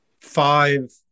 five